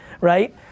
right